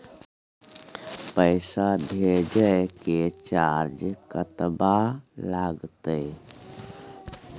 पैसा भेजय के चार्ज कतबा लागते?